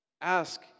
ask